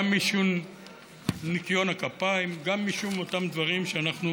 גם משום ניקיון הכפיים, גם משום אותם דברים שאנחנו